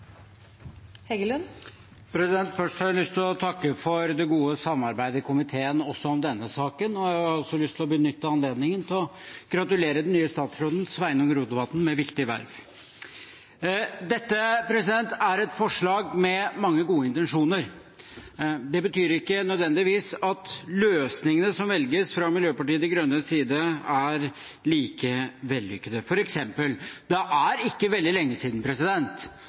Først har jeg lyst til å takke for det gode samarbeidet i komiteen også om denne saken, og så har jeg lyst til å benytte anledningen til å gratulere den nye statsråden, Sveinung Rotevatn, med et viktig verv. Dette er et forslag med mange gode intensjoner. Det betyr ikke nødvendigvis at løsningene som velges fra Miljøpartiet De Grønnes side er like vellykkede. For eksempel: Det er ikke veldig lenge siden